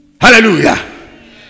Hallelujah